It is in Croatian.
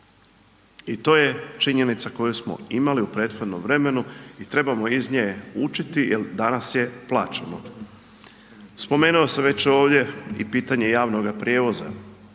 I to je činjenica koju smo imali u prethodnom vremenu i trebamo iz nje učiti jer danas je plaćeno. Spomenuo sam već ovdje i pitanje javnog prijevoza